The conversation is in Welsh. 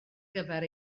gyfer